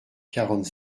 quarante